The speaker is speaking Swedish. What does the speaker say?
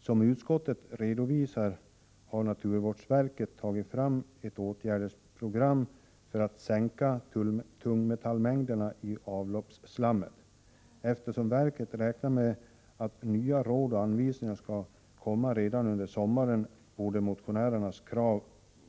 Som utskottet redovisar har naturvårdsverket tagit fram ett åtgärdsprogram för att sänka tungmetallmängderna i avloppsslammet. Eftersom verket räknar med att nya råd och anvisningar skall komma redan under sommaren borde motionärernas krav